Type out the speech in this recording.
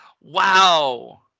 wow